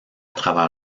travers